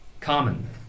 common